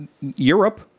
Europe